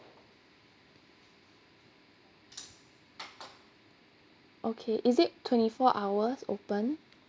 okay is it twenty four hours open